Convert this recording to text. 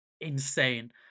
insane